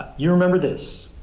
you remember this